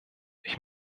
ich